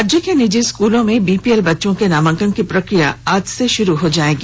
राज्य के निजी स्कूलों में बीपीएल बच्चों के नामांकन की प्रक्रिया आज से शुरू हो जाएगा